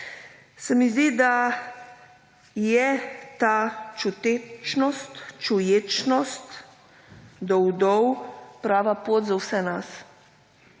Se mi zdi, da je ta čutečnost, čuječnost do vdov prava pot za vse nas.